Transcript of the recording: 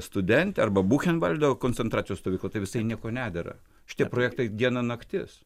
studentė arba buchenvaldo koncentracijos stovykla tai visai niekuo nedera šitie projektai diena naktis